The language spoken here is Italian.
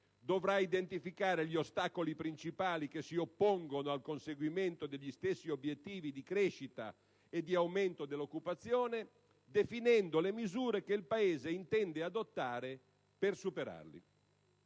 Dovrà identificare gli ostacoli principali che si oppongono al conseguimento degli stessi obiettivi di crescita e di aumento dell'occupazione, definendo le misure che il Paese intende adottare per superarli.